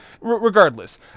Regardless